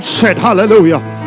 Hallelujah